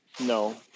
No